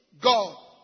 God